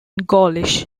gaulish